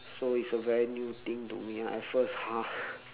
so it's a very new thing to me ah at first !huh!